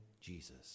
Jesus